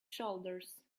shoulders